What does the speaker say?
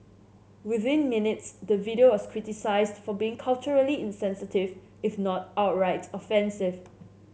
within minutes the video was criticised for being culturally insensitive if not outright offensive